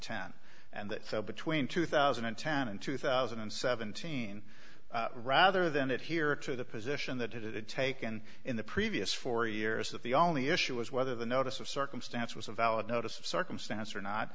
ten and that between two thousand and ten and two thousand and seventeen rather than it here to the position that had it taken in the previous four years that the only issue was whether the notice of circumstance was a valid notice of circumstance or not